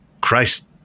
Christ